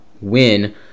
win